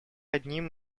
одним